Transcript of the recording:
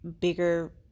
bigger